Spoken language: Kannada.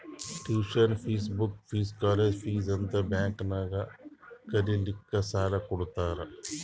tuition fees, book fees, college fees ಅಂತ್ ಬ್ಯಾಂಕ್ ನಾಗ್ ಕಲಿಲ್ಲಾಕ್ಕ್ ಸಾಲಾ ಕೊಡ್ತಾರ್